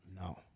No